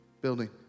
building